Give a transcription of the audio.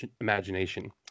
imagination